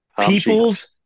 People's